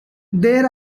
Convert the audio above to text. there